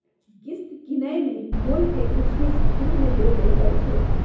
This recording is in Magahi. किस्त किनेए में मोल के कुछ हिस शुरू में दे देल जाइ छइ